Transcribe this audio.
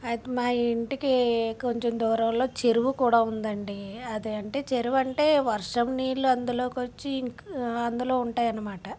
అయితే మా ఇంటికి కొంచెం దూరంలో చెరువు కూడా ఉందండి అదే అంటే చెరువు అంటే వర్షం నీళ్ళు అందులోకి వచ్చి ఇంక అందులో ఉంటాయి అన్నమాట